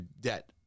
debt